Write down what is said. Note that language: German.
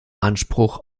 anspruch